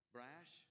Brash